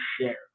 share